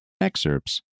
Excerpts